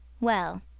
Well